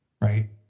right